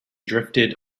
drifted